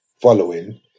following